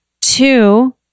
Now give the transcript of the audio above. Two